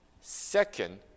Second